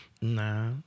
Nah